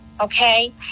okay